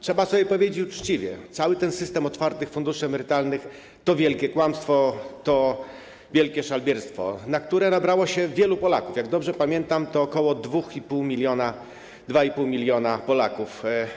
Trzeba sobie powiedzieć uczciwie: cały ten system otwartych funduszy emerytalnych to wielkie kłamstwo, to wielkie szalbierstwo, na które nabrało się wielu Polaków, jak dobrze pamiętam, ok. 2,5 mln Polaków.